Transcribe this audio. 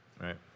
Right